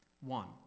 One